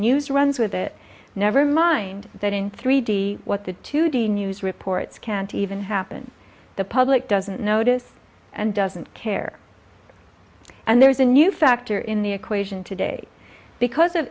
news runs with it never mind that in three d what the two d news reports can't even happen the public doesn't notice and doesn't care and there's a new factor in the equation today because of